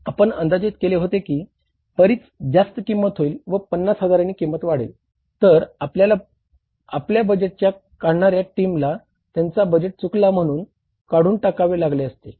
आपण अंदाजित केले होते की बरीच जास्त किंमत होईल व 50 हजारांनी किंमत वाढेल तर आपल्याला आपल्या बजेट काढणाऱ्या टीमला त्यांचा बजेट चुकला म्हणून काढून टाकावे लागले असते